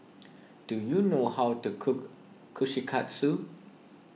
do you know how to cook Kushikatsu